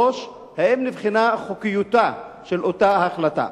3. האם נבחנה חוקיותה של ההחלטה?